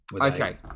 Okay